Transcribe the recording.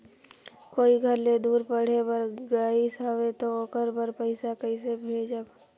कोई घर ले दूर पढ़े बर गाईस हवे तो ओकर बर पइसा कइसे भेजब?